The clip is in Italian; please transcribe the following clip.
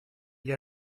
gli